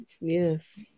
Yes